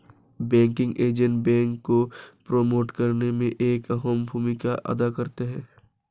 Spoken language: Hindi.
बैंकिंग एजेंट बैंक को प्रमोट करने में एक अहम भूमिका अदा करता है